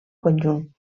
conjunt